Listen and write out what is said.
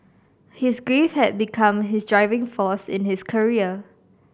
his grief had become his driving force in his career